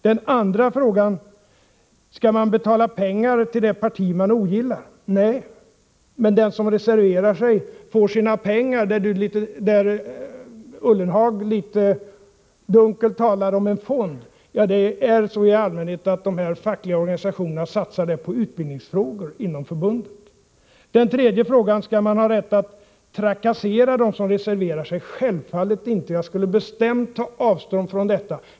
Den andra frågan: Skall man betala pengar till ett parti man ogillar? Nej. Men den som reserverar sig får sina pengar. Jörgen Ullenhag talar litet dunkelt om en fond. Ja, det är i allmänhet så att de fackliga organisationerna satsar dessa pengar på utbildningsfrågor inom förbundet. Den tredje frågan: Skall man ha rätt att trakassera dem som reserverar sig? Självfallet inte. Jag skulle bestämt ta avstånd från detta.